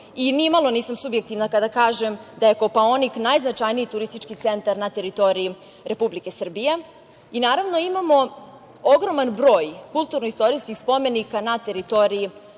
i ni malo nisam subjektivna kada kažem da je Kopaonik najznačajniji turistički centar na teritoriji Republike Srbije. Naravno, imamo ogroman broj kulturno-istorijskih spomenika na teritoriji